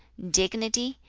dignity,